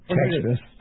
Texas